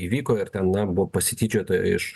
įvyko ir ten na buvo pasityčiota iš